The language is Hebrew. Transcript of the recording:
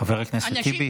חבר הכנסת טיבי,